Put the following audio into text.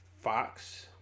Fox